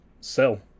sell